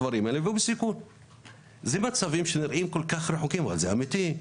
הדברים והמצבים האלה נשמעים רחוקים אבל זה אמיתי.